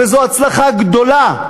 וזאת הצלחה גדולה.